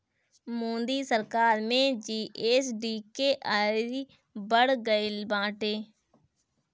मोदी सरकार में जी.एस.टी के अउरी बढ़ गईल बाटे